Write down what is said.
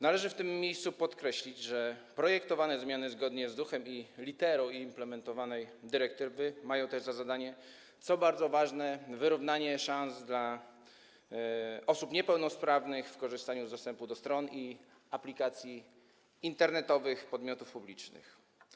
Należy w tym miejscu podkreślić, że projektowane zmiany zgodnie z duchem i literą implementowanej dyrektywy mają też za zadanie, co bardzo ważne, wyrównanie szans osób niepełnosprawnych w korzystaniu z dostępu do stron i aplikacji internetowych podmiotów publicznych.